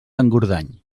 engordany